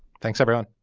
thanks everyone